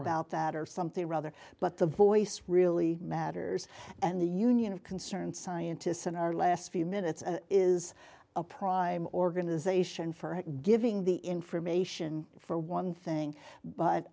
about that or something rather but the voice really matters and the union of concerned scientists in our last few minutes is a prime organization for he given the information for one thing but